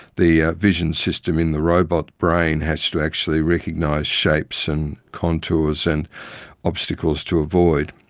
the vision system in the robot brain has to actually recognise shapes and contours and obstacles to avoid,